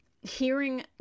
hearing